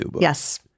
Yes